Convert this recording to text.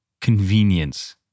convenience